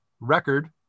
record